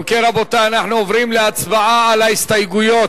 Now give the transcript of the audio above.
ובכן, אנחנו עוברים להצבעה על ההסתייגויות.